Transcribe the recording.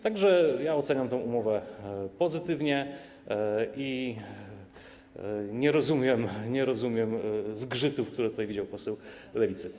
Tak że ja oceniam tę umowę pozytywnie i nie rozumiem zgrzytów, które tutaj widział poseł Lewicy.